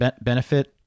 benefit